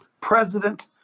President